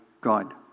God